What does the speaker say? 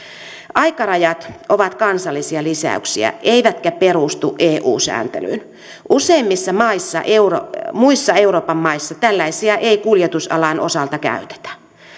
aikarajat ovat kansallisia lisäyksiä eivätkä perustu eu sääntelyyn useimmissa muissa euroopan maissa tällaisia ei kuljetusalan osalta käytetä